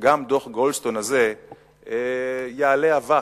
שגם דוח-גולדסטון הזה יעלה אבק,